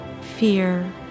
fear